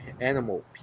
animal